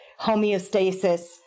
homeostasis